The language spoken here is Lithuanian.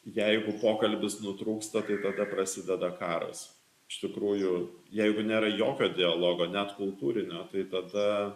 jeigu pokalbis nutrūksta tai tada prasideda karas iš tikrųjų jeigu nėra jokio dialogo net kultūrinio tai tada